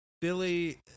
Billy